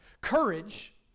Courage